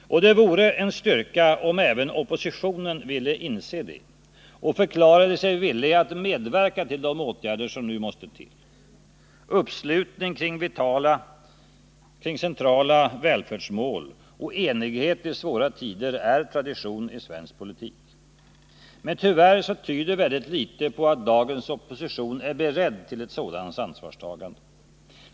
Det vore en styrka, om även oppositionen ville inse detta och förklara sig villig att medverka till de åtgärder som nu måste vidtas. Uppslutningen kring centrala välfärdsmål och enighet i svåra tider är tradition i svensk politik. Tyvärr tyder väldigt litet på att dagens opposition är beredd till ett sådant ansvarstagande.